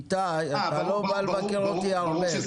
איתי, אתה לא בא לבקר אותי הרבה.